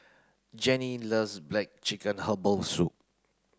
Jenny loves black chicken herbal soup